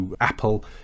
Apple